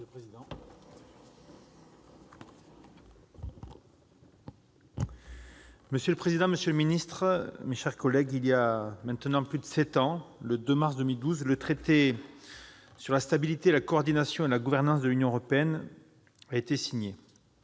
Monsieur le président, monsieur le secrétaire d'État, mes chers collègues, il y a maintenant plus de sept ans, le 2 mars 2012, le traité sur la stabilité, la coordination et la gouvernance de l'Union européenne a été signé.